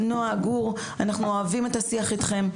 נועה, גור, אנחנו אוהבים את השיח איתכם.